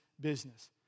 business